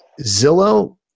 Zillow